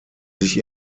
sich